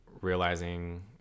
realizing